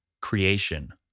creation